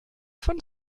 von